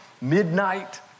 midnight